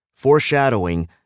foreshadowing